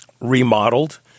remodeled